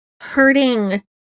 hurting